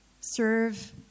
Serve